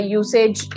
usage